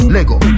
Lego